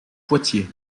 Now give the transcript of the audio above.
poitiers